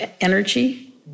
energy